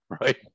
right